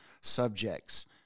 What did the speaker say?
subjects